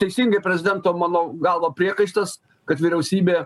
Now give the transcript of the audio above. teisingai prezidento mano galva priekaištas kad vyriausybė